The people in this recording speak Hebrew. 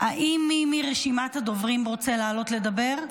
האם מי מרשימת הדוברים רוצה לעלות לדבר?